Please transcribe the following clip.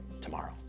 tomorrow